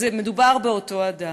מדובר באותו אדם.